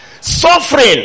suffering